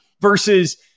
Versus